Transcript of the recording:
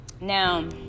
Now